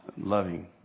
loving